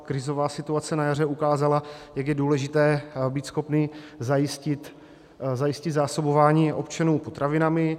Krizová situace na jaře ukázala, jak je důležité být schopný zajistit zásobování občanů potravinami.